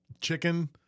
chicken